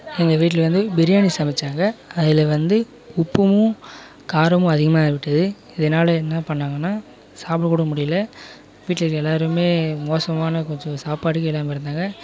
எங்கள் வீட்டில் வந்து பிரியாணி சமைச்சாக்கா அதில் வந்து உப்பும் காரமும் அதிகமாகிவிட்டது இதனால் என்னா பண்ணாங்கனா சாப்பிட கூட முடியல வீட்டில் இருக்கிற எல்லாரும் மோசமான கொஞ்சம் சாப்பாட்டுக்கு இல்லாமல் இருந்தாங்க